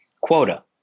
quota